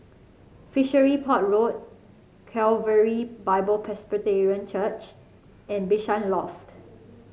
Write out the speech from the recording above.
Fishery Port Road Calvary Bible Presbyterian Church and Bishan Loft